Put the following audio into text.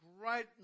Great